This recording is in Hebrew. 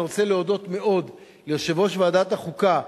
אני רוצה להודות מאוד ליושב-ראש ועדת החוקה,